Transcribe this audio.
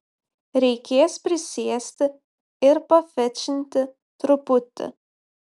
reikės prisėsti ir pafečinti truputį